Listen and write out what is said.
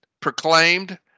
proclaimed